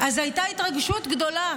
אז הייתה התרגשות גדולה